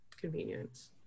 convenience